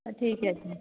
ହଉ ଠିକ ଅଛି